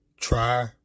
try